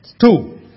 Two